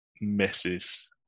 misses